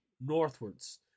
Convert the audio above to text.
northwards